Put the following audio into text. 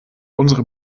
unsere